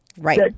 Right